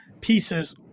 pieces